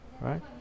Right